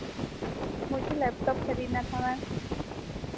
मुझे लैपटॉप खरीदना था मैम